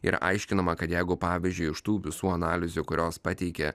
ir aiškinama kad jeigu pavyzdžiui iš tų visų analizių kurios pateikė